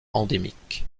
endémiques